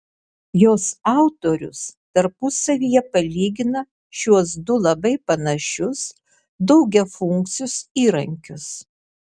jos autorius tarpusavyje palygina šiuos du labai panašius daugiafunkcius įrankius